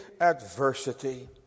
adversity